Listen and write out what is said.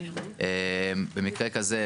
במקרה כזה,